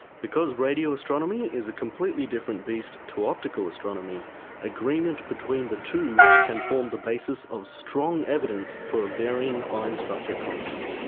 because radio astronomy is a completely different beast to optical astronomy, and agreement between the two can form the basis of strong evidence for a varying fine structure constant.